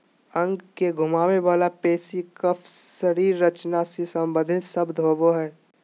अंग के घुमावे वला पेशी कफ शरीर रचना से सम्बंधित शब्द होबो हइ